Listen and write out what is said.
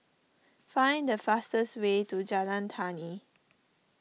find the fastest way to Jalan Tani